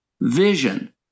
vision